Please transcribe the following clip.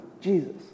Jesus